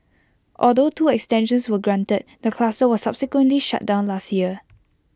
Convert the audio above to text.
although two extensions were granted the cluster was subsequently shut down last year